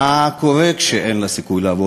מה קורה כשאין לה סיכוי לעבוד?